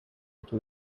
into